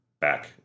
back